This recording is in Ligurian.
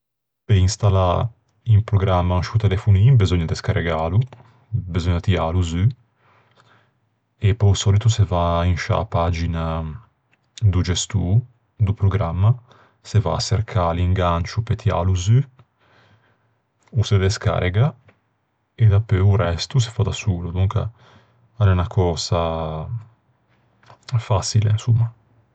Pe installâ un programma in sciô telefonin beseugna descarregâlo. Beseugna tiâlo zu. E pe-o sòlito se va in sciâ pagina do gestô do programma. Se va à çercâ l'ingancio pe tiâlo zu. O se descarrega e dapeu o resto o se fa da solo. Donca a l'é unna cösa façile, insomma.